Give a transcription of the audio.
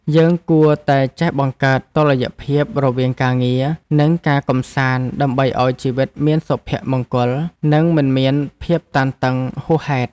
យើងគួរតែចេះបង្កើតតុល្យភាពរវាងការងារ និងការកម្សាន្តដើម្បីឱ្យជីវិតមានសុភមង្គល និងមិនមានភាពតានតឹងហួសហេតុ។